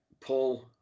Paul